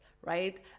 right